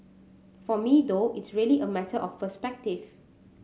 for me though it's really a matter of perspective